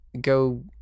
go